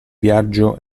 viaggio